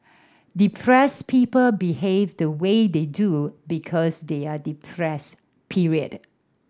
depressed people behave the way they do because they are depressed period